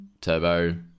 turbo